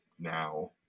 now